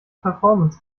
performance